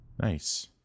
Nice